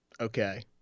okay